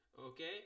okay